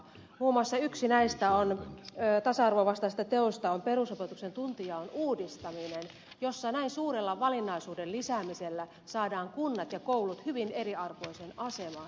muun muassa yksi näistä tasa arvon vastaisista teoista on perusopetuksen tuntijaon uudistaminen jossa näin suurella valinnaisuuden lisäämisellä saadaan kunnat ja koulut hyvin eriarvoiseen asemaan